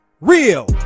Real